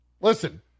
Listen